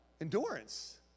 endurance